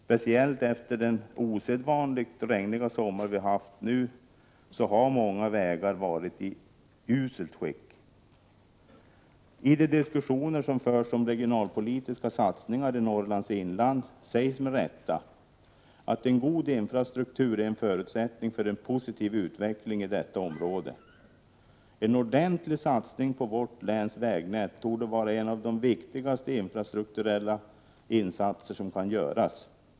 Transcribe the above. Speciellt efter den osedvanligt regniga sommar vi har haft har många vägar varit i uselt skick. I de diskussioner som förs om regionalpolitiska satsningar i Norrlands inland sägs med rätta att en god infrastruktur är en förutsättning för en positiv utveckling i detta område. En ordentlig satsning på vårt läns vägnät torde vara en av de viktigaste infrastrukturella insatser som kan göras.